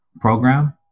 program